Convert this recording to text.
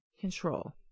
control